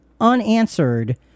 unanswered